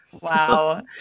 Wow